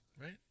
right